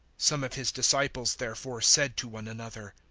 some of his disciples therefore said to one another,